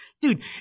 Dude